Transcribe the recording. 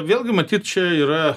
vėlgi matyt čia yra